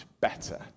better